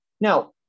Now